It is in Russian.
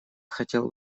хотел